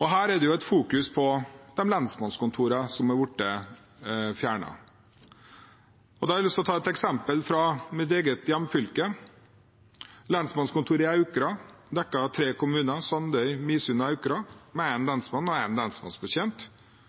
Her fokuserer man på de lensmannskontorene som har blitt fjernet. Da har jeg lyst å ta et eksempel fra mitt eget hjemfylke. Lensmannskontoret i Aukra dekker tre kommuner, Sandøy, Midsund og Aukra, med én lensmann, én lensmannsbetjent og